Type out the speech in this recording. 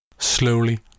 Slowly